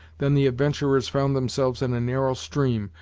than the adventurers found themselves in a narrow stream,